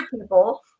people